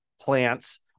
plants